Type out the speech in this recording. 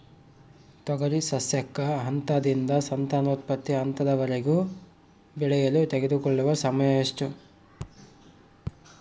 ತೊಗರಿ ಸಸ್ಯಕ ಹಂತದಿಂದ ಸಂತಾನೋತ್ಪತ್ತಿ ಹಂತದವರೆಗೆ ಬೆಳೆಯಲು ತೆಗೆದುಕೊಳ್ಳುವ ಸಮಯ ಎಷ್ಟು?